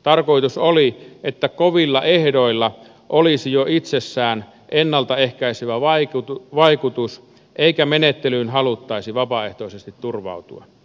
tarkoitus oli että kovilla ehdoilla olisi jo itsessään ennalta ehkäisevä vaikutus eikä menettelyyn haluttaisi vapaaehtoisesti turvautua